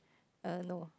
err no